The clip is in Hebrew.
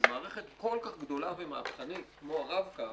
שמערכת כל כך גדולה ומהפכנית כמו הרב-קו,